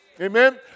Amen